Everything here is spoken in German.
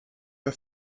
für